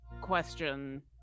question